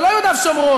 זה לא יהודה ושומרון,